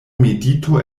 medito